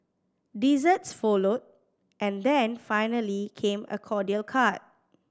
desserts followed and then finally came a cordial cart